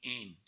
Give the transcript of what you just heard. end